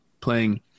playing